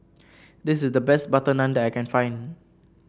this is the best butter naan that I can find